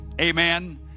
amen